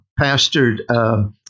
pastored